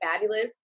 fabulous